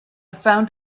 found